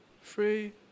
free